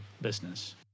business